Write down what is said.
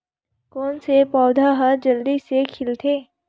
कोन से पौधा ह जल्दी से खिलथे?